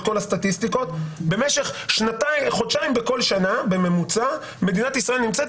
כל הסטטיסטיקות במשך חודשיים בכל שנה בממוצע מדינת ישראל נמצאת